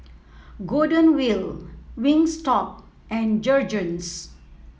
Golden Wheel Wingstop and Jergens